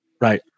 right